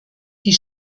die